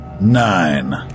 Nine